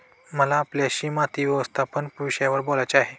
मला आपल्याशी माती व्यवस्थापन विषयावर बोलायचे आहे